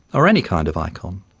or any kind of icon,